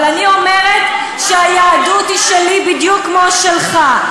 אבל אני אומרת שהיהדות היא שלי בדיוק כמו שלך,